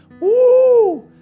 Woo